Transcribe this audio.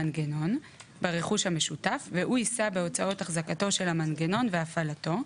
המנגנון) ברכוש המשותף והוא יישא בהוצאות החזקתו של המנגנון והפעלתו,